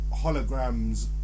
holograms